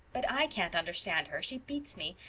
but i can't understand her she beats me.